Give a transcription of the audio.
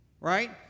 Right